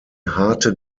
harte